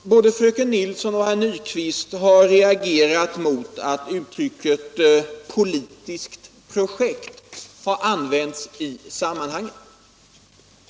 Både fröken Nilsson och herr Nyquist har reagerat mot att uttrycket ”politiskt projekt” har använts i sammanhanget.